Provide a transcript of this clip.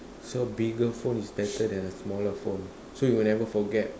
so bigger phone is better than a smaller phone so you would never forget